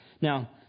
Now